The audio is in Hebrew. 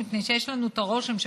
מפני שיש לנו הרושם,